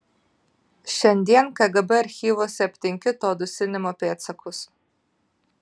šiandien kgb archyvuose aptinki to dusinimo pėdsakus